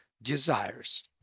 desires